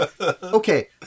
okay